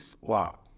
wow